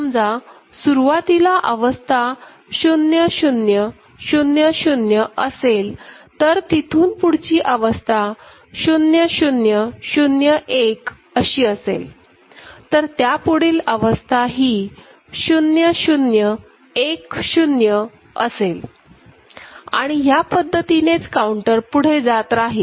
समजा सुरुवातीला अवस्था 0000 असेल आणि तिथून पुढची अवस्था 0001 अशी असेल तर त्यापुढील अवस्था ही 0010 असेल आणि ह्या पद्धतीनेच काउंटर पुढे जात राहील